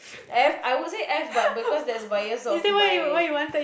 F I would say F but because that's biased of my